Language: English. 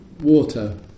water